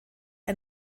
ein